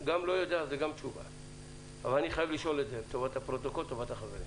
זאת תשובה אבל אני חייב לשאול לטובת הפרוטוקול והחברים: